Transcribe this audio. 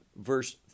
Verse